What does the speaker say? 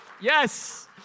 Yes